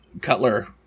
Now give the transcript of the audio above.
cutler